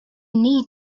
need